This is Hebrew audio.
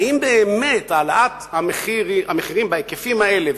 האם העלאת המחירים בהיקפים האלה,